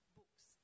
books